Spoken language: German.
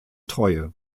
treue